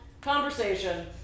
conversation